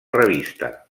revista